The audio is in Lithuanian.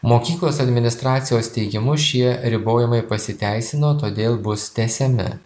mokyklos administracijos teigimu šie ribojimai pasiteisino todėl bus tęsiami